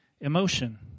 emotion